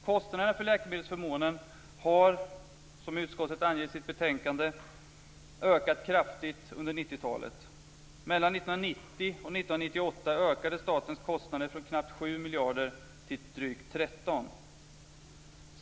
Kostnaden för läkemedelsförmånen har, som utskottet anger i sitt betänkande, ökat kraftigt under 1990-talet. Mellan 1990 och 1998 ökade statens kostnader från knappt 7 miljarder kronor till drygt 13 miljarder kronor.